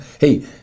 Hey